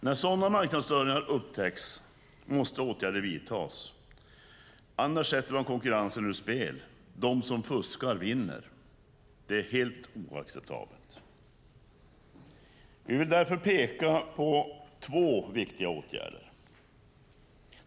När sådana marknadsstörningar upptäcks måste åtgärder vidtas. Annars sätts konkurrensen ur spel. De som fuskar vinner. Det är helt oacceptabelt. Vi vill därför peka på två viktiga åtgärder.